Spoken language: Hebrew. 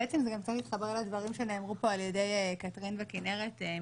בעצם זה גם קצת מתחבר לדברים שנאמרו פה על ידי קתרין וכינרת משב"ס.